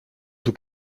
tout